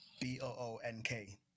b-o-o-n-k